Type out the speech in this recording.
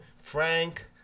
Frank